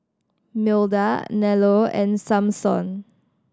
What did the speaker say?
Milda Nello and Samson